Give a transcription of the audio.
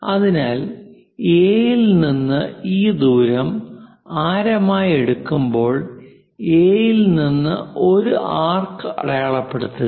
അതിനാൽ എ യിൽ നിന്ന് ഈ ദൂരം ആരം ആയി എടുക്കുമ്പോൾ എ യിൽ നിന്ന് ഒരു ആർക്ക് അടയാളപ്പെടുത്തുക